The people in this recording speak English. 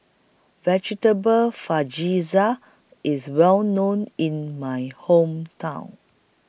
Vegetable IS Well known in My Hometown